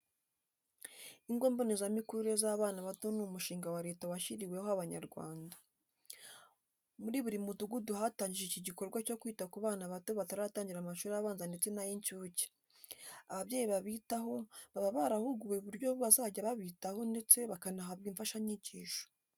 Ingo mbonezamikurire z'abana bato ni umushinga wa leta washyiriweho Abanyarwanda. Muri buri mudugudu hatangijwe iki gikorwa cyo kwita ku bana bato bataratangira amashuri abanza ndetse n'ay'incuke. Ababyeyi babitaho baba barahuguwe uburyo bazajya babitaho ndetse bakanahabwa imfashanyigisho.